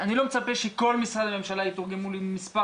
אני לא מצפה שכל משרדי הממשלה יתורגמו למספר